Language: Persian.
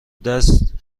دست